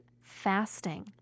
fasting